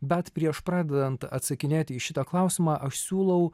bet prieš pradedant atsakinėti į šitą klausimą aš siūlau